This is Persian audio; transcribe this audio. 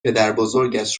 پدربزرگش